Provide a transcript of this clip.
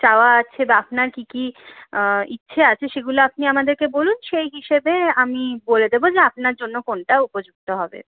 চাওয়া আছে বা আপনার কী কী ইচ্ছে আছে সেগুলো আপনি আমাদেরকে বলুন সেই হিসেবে আমি বলে দেবো যে আপনার জন্য কোনটা উপযুক্ত হবে